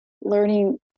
learning